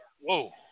Whoa